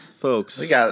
Folks